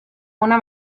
una